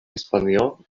hispanio